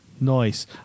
Nice